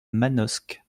manosque